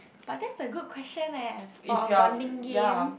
but that's a good question leh for a bonding game